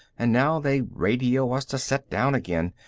and now they radio us to set down again.